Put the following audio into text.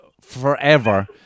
forever